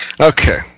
Okay